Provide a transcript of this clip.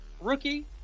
rookie